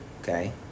okay